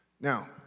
Now